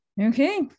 Okay